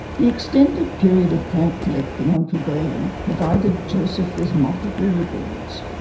the extended period of plant collecting on kerguelen provided joseph with multiple rewards.